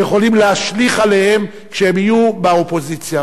שיכולים להשליך עליהם כשהם יהיו באופוזיציה.